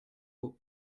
nous